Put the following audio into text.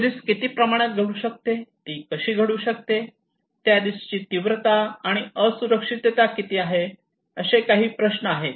ही risk किती प्रमाणात घडू शकते ती कशी घडू शकते त्या रिस्क ची तीव्रता आणि असुरक्षितता किती आहे असे काही प्रश्न आहेत